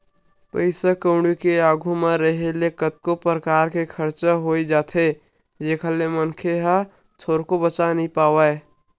पइसा कउड़ी के आघू म रेहे ले कतको परकार के खरचा होई जाथे जेखर ले मनखे ह थोरको बचा नइ पावय